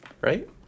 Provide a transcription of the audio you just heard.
Right